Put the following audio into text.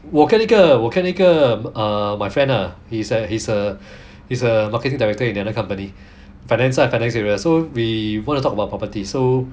我跟一个我跟一个 err my friend lah he's a he's a he's a marketing director in another company finance finance area so we wanna talk about property so